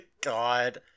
God